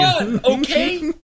Okay